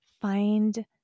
find